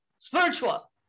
spiritual